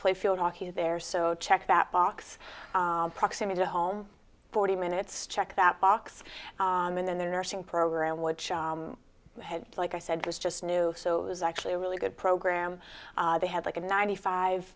play field hockey there so check that box proximity to home forty minutes check that box and then the nursing program which i had like i said was just new so it was actually really good program they had like a ninety five